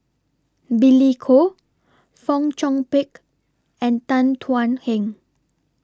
Billy Koh Fong Chong Pik and Tan Thuan Heng